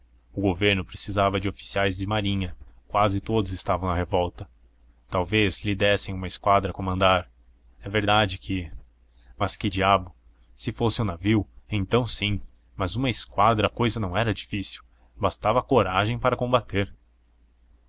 o governo precisava de oficiais de marinha quase todos estavam na revolta talvez lhe dessem uma esquadra a comandar é verdade que mas que diabo se fosse um navio então sim mas uma esquadra a cousa não era difícil bastava coragem para combater